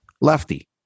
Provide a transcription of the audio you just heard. lefty